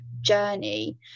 journey